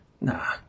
Nah